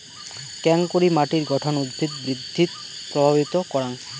কেঙকরি মাটির গঠন উদ্ভিদ বৃদ্ধিত প্রভাবিত করাং?